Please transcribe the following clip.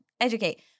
educate